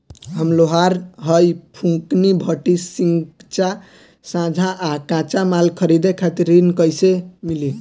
हम लोहार हईं फूंकनी भट्ठी सिंकचा सांचा आ कच्चा माल खरीदे खातिर ऋण कइसे मिली?